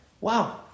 wow